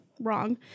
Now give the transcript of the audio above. wrong